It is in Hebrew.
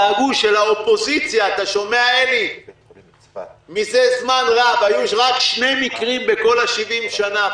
דאגו שלאופוזיציה זה זמן רב היו רק שני מקרים בכל ה-70 שנה,